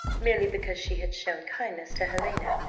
merely because she had shown kindness to helena,